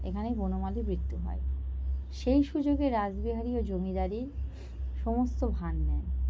এখানেই বনমালীর মৃত্যু হয় সেই সুযোগে রাসবিহারীও জমিদারীর সমস্ত ভার নেন